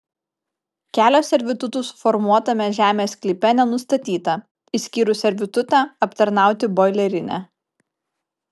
kelio servitutų suformuotame žemės sklype nenustatyta išskyrus servitutą aptarnauti boilerinę